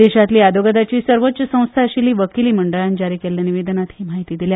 देशातली आदोगादाची सर्वोच्च संस्था आशिल्ल्या वकीली मंडळान जारी केल्ल्या निवेदनात ही म्हायती दिल्या